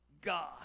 God